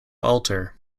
alter